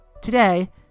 Today